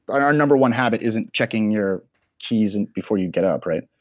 but our number one habit isn't checking your keys and before you get up, right?